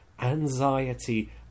anxiety